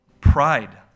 pride